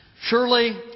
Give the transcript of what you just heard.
Surely